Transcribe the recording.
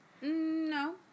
No